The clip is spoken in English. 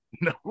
No